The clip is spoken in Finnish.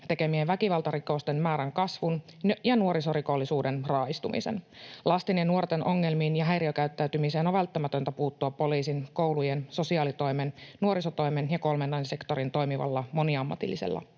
tekemien väkivaltarikosten määrän kasvun ja nuorisorikollisuuden raaistumisen. Lasten ja nuorten ongelmiin ja häiriökäyttäytymiseen on välttämätöntä puutua poliisin, koulujen, sosiaalitoimen, nuorisotoimen ja kolmannen sektorin toimivalla moniammatillisella